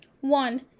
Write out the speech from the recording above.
One